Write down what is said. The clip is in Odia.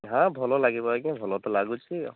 ହଁ ଭଲ ଲାଗିବ ଆଜ୍ଞା ଭଲ ତ ଲାଗୁଛି ଆଉ